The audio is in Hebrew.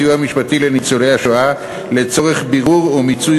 סיוע משפטי לניצולי השואה לצורך בירור ומיצוי